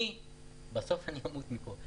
בסוף אני אמות מזה.